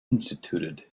instituted